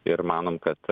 ir manom kad